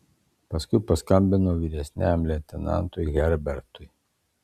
paskui paskambino vyresniajam leitenantui herbertui